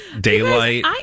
daylight